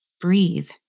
Breathe